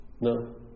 No